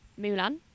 Mulan